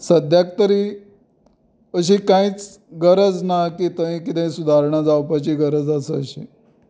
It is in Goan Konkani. सद्याक तरी अशी कांयच गरज ना की थंय कितें सुदारणा जावपाची गरज आसा अशी